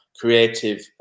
creative